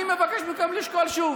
אני מבקש מכם לשקול שוב.